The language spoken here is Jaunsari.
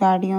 गाड़ी।